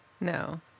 No